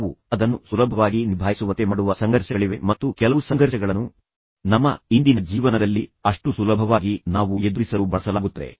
ನಾವು ಅದನ್ನು ಸುಲಭವಾಗಿ ನಿಭಾಯಿಸುವಂತೆ ಮಾಡುವ ಸಂಘರ್ಷಗಳಿವೆ ಮತ್ತು ಕೆಲವು ಸಂಘರ್ಷಗಳನ್ನು ನಮ್ಮ ಇಂದಿನ ಜೀವನದಲ್ಲಿ ಅಷ್ಟು ಸುಲಭವಾಗಿ ನಾವು ಎದುರಿಸಲು ಬಳಸಲಾಗುತ್ತದೆ